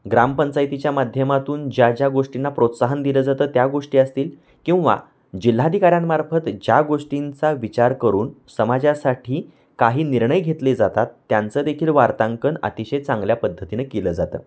ग्रामपंचायतीच्या माध्यमातून ज्या ज्या गोष्टींना प्रोत्साहन दिलं जातं त्या गोष्टी असतील किंवा जिल्हाधिकाऱ्यांमार्फत ज्या गोष्टींचा विचार करून समाजासाठी काही निर्णय घेतले जातात त्यांचं देखील वार्तांकन अतिशय चांगल्या पद्धतीनं केलं जातं